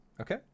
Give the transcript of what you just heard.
Okay